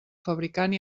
fabricant